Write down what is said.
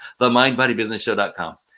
themindbodybusinessshow.com